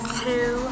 two